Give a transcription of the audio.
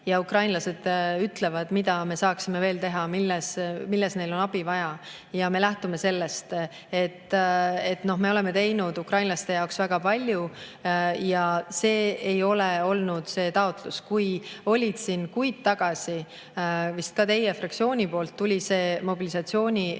Ja ukrainlased ütlevad, mida me saaksime veel teha, milles neil on abi vaja, ja me lähtume sellest. Me oleme teinud ukrainlaste jaoks väga palju ja see ei ole olnud see taotlus. Kui mitu kuud tagasi vist ka teie fraktsiooni poolt tuli see mobilisatsiooniealiste